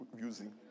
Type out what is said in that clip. using